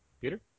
Peter